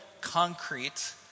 concrete